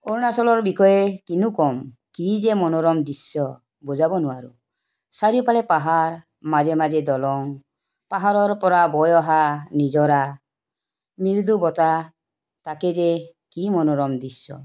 অৰুণাচলৰ বিষয়ে কিনো ক'ম কি যে মনোৰম দৃশ্য বুজাব নোৱাৰো চাৰিওফালে পাহাৰ মাজে মাজে দলং পাহাৰৰ পৰা বৈ অহা নিজৰা মৃদু বতাহ তাতে যে কি মনোৰম দৃশ্য